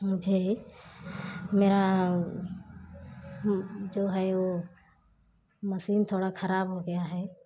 मुझे मेरा जो है वो मसीन थोड़ा खराब हो गया है